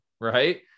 right